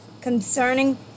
concerning